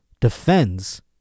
defends